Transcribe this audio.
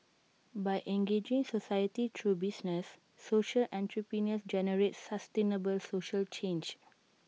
by engaging society through business social entrepreneurs generate sustainable social change